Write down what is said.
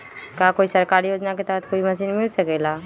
का कोई सरकारी योजना के तहत कोई मशीन मिल सकेला?